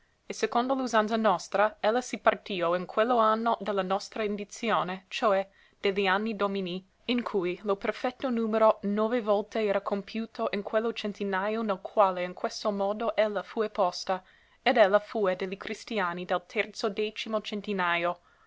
e secondo l'usanza nostra ella si partìo in quello anno de la nostra indizione cioè de li anni domini in cui lo perfetto numero nove volte era compiuto in quello centinaio nel quale in questo mondo ella fue posta ed ella fue de li cristiani del terzodecimo centinaio